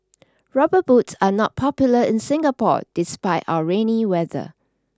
rubber boots are not popular in Singapore despite our rainy weather